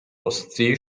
ostsee